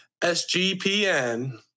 SGPN